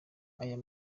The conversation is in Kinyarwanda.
aya